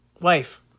wife